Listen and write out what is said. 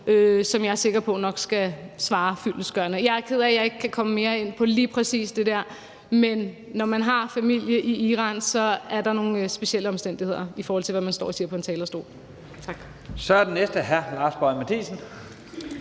som jeg er sikker på nok skal svare fyldestgørende. Jeg er ked af, at jeg ikke kan komme mere ind på lige præcis det der, men når man har familie i Iran, er der nogle specielle omstændigheder, i forhold til hvad man står og siger på en talerstol. Tak. Kl. 11:29 Første næstformand (Leif Lahn